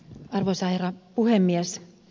arvoisa herra puhemies